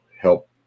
help